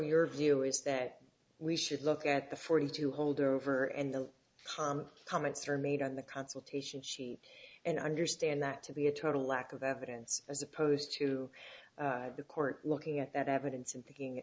your view is that we should look at the forty two hold over and the comments are made on the consultation chief and i understand that to be a total lack of evidence as opposed to the court looking at that evidence and picking